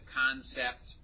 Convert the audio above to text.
concept